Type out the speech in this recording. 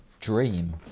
dream